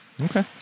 Okay